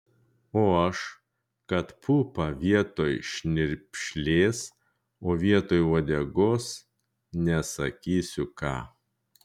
o aš kad pupą vietoj šnirpšlės o vietoj uodegos nesakysiu ką